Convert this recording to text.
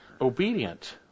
Obedient